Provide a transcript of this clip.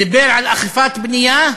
דיבר על אכיפת בנייה,